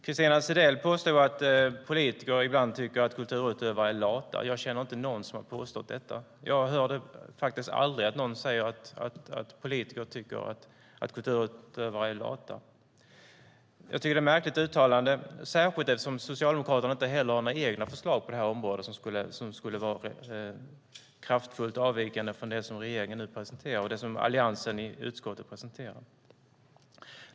Christina Zedell påstod att politiker ibland tycker att kulturutövare är lata. Jag känner inte någon som har påstått detta. Jag hör faktiskt aldrig att någon säger att politiker tycker att kulturutövare är lata. Jag tycker att det är ett märkligt uttalande, särskilt eftersom Socialdemokraterna inte heller har några egna förslag på det här området som skulle vara kraftfullt avvikande från det som regeringen nu presenterar och som alliansföreträdarna i utskottet presenterar.